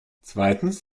zweitens